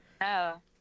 No